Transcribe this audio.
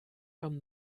from